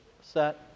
Set